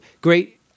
great